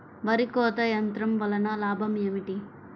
వరి కోత యంత్రం వలన లాభం ఏమిటి?